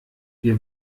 wir